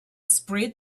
spread